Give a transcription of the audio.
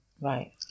Right